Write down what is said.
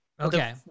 Okay